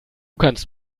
kannst